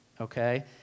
okay